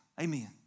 Amen